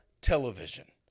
television